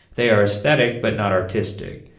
they are aesthetic but not artistic,